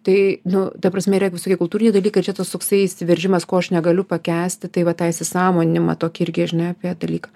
tai nu ta prasme yra visokie kultūriniai dalykai ir čia tas toksai įsiveržimas ko aš negaliu pakęsti tai va tą įsisąmoninimą tokį irgi žinai apie dalyką